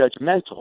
judgmental